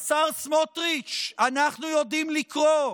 השר סמוטריץ', אנחנו יודעים לקרוא.